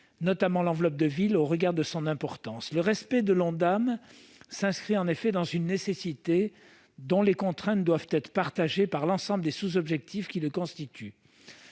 notamment l'enveloppe des soins de ville, au regard de son importance. Le respect de l'Ondam s'inscrit en effet dans une nécessité dont les contraintes doivent être partagées par l'ensemble des sous-objectifs qui le constituent.